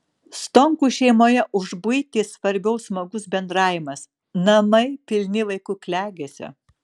stonkų šeimoje už buitį svarbiau smagus bendravimas namai pilni vaikų klegesio